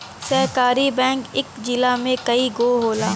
सहकारी बैंक इक जिला में कई गो होला